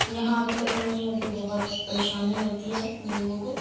یہاں ابھی تک نہیں ہے تو بہت پریشانی ہوتی ہے لوگوں کو